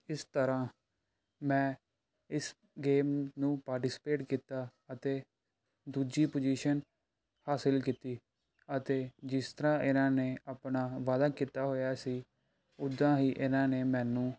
ਇਸ ਤਰ੍ਹਾਂ ਮੈਂ ਇਸ ਗੇਮ ਨੂੰ ਪਾਰਟੀਸਪੇਟ ਕੀਤਾ ਅਤੇ ਦੂਜੀ ਪੁਜੀਸ਼ਨ ਹਾਸਲ ਕੀਤੀ ਅਤੇ ਜਿਸ ਤਰ੍ਹਾਂ ਇਹਨਾਂ ਨੇ ਆਪਣਾ ਵਾਅਦਾ ਕੀਤਾ ਹੋਇਆ ਸੀ ਉੱਦਾਂ ਹੀ ਇਹਨਾਂ ਨੇ ਮੈਨੂੰ